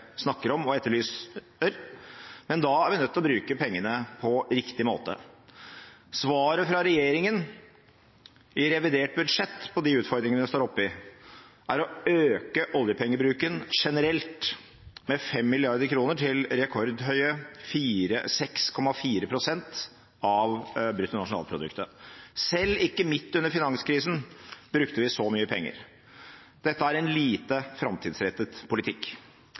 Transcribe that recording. snakker om og etterlyser. Men da er vi nødt til å bruke pengene på riktig måte. Svaret fra regjeringen i revidert budsjett på de utfordringene vi står oppe i, er å øke oljepengebruken generelt med 5 mrd. kr, til rekordhøye 6,4 pst. av bruttonasjonalproduktet. Selv ikke midt under finanskrisen brukte vi så mye penger. Dette er en lite framtidsrettet politikk.